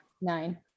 nine